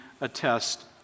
attest